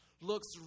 looks